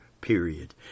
period